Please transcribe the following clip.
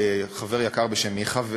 חבר יקר בשם מיכה,